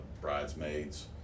Bridesmaids